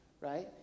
right